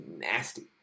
nasty